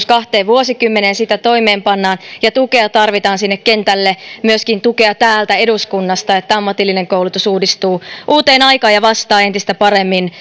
kahteen vuosikymmeneen sitä toimeenpannaan ja tukea tarvitaan sinne kentälle myöskin tukea täältä eduskunnasta että ammatillinen koulutus uudistuu uuteen aikaan ja vastaa entistä paremmin